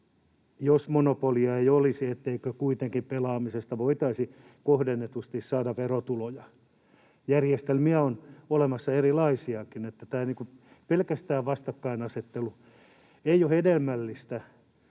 jos monopolia ei olisi, kuitenkin pelaamisesta voitaisi kohdennetusti saada verotuloja. Järjestelmiä on olemassa erilaisiakin, ja pelkästään vastakkainasettelu ei ole hedelmällistä,